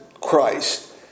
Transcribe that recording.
Christ